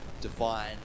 Divine